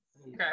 Okay